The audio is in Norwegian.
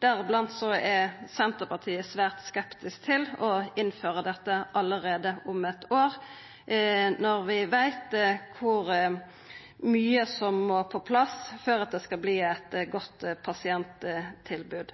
Blant anna er Senterpartiet svært skeptisk til å innføra dette allereie om eitt år, når vi veit kor mykje som må på plass før dette skal verta eit godt pasienttilbod.